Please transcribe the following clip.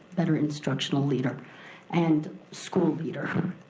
better instructional leader and school leader.